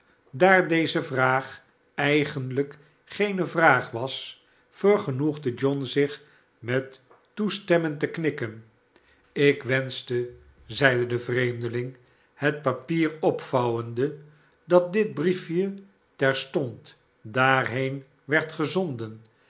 daar iieze vraag eigenlijk geene vraag was vergenoegde john zich met toestemmend te knikken ik wenschte zeide de vreemdeling het papier opvouwende dat dit briefje terstond daarheen werd gezonden